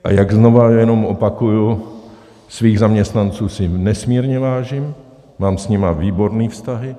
A jak znovu jenom opakuji: svých zaměstnanců si nesmírně vážím, mám s nimi výborné vztahy.